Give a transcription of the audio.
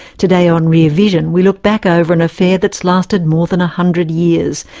today on rear vision, we look back over an affaire that's lasted more than a hundred years,